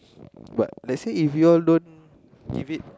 but let's say if you all don't give it